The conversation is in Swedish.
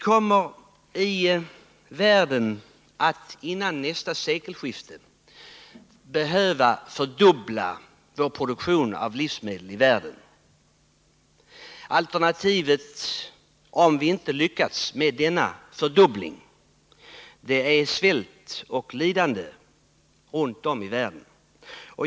jordoch skogs Före nästa sekelskifte behöver världens livsmedelsproduktion fördubblas. bruket Alternativet, om vi inte lyckas med detta, är svält och lidande runt om i världen.